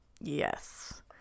Yes